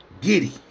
Giddy